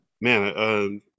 man